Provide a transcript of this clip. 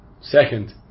second